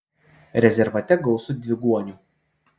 rezervate gausu dviguonių